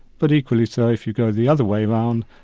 but equally so if you go the other way around,